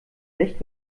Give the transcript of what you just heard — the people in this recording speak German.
nicht